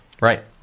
Right